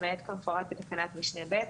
למעט כמפורט בתקנת משנה (ב),